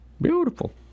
Beautiful